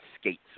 skates